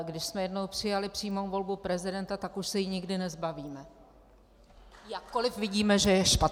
Když jsme jednou přijali přímou volbu prezidenta, tak už se jí nikdy nezbavíme, jakkoliv vidíme, že je špatná.